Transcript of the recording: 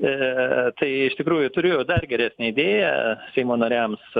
ir tai iš tikrųjų turėjau dar geresnę idėją seimo nariams